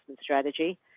strategy